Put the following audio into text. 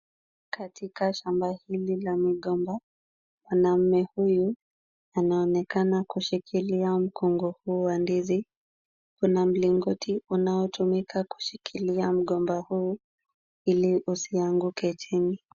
Katika shamba hili la migomba, mwanaume huyu anaonekana kushikilia mkungu huu wa ndizi. Kuna mlingoti unaotumika kushikilia mgomba huu ili usianguke chini.